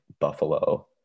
Buffalo